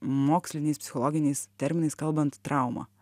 moksliniais psichologiniais terminais kalbant trauma